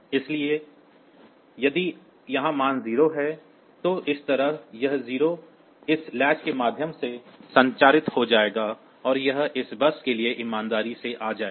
इसी तरह यदि यहाँ मान 0 है तो इस तरह यह 0 इस लैच के माध्यम से संचारित हो जाएगा और यह इस बस के लिए ईमानदारी से आ जाएगा